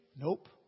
Nope